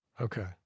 Okay